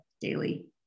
daily